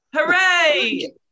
Hooray